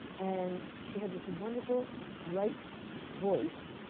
and she had this wonderful bright voice,